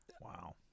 Wow